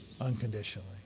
Unconditionally